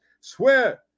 Swear